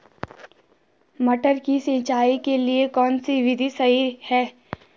मटर की सिंचाई के लिए कौन सी विधि सही है?